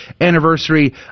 anniversary